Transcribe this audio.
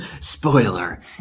spoiler